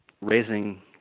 raising